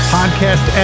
Podcast